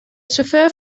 chauffeur